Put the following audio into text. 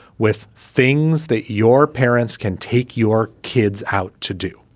with things that your parents can take your kids out to do.